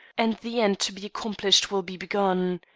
and the end to be accomplished will be begun.